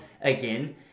again